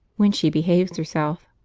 when she behaves herself!